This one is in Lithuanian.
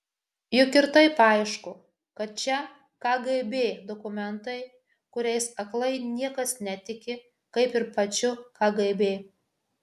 juk ir taip aišku kad čia kgb dokumentai kuriais aklai niekas netiki kaip ir pačiu kgb